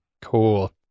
Cool